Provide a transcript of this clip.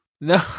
No